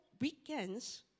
weekends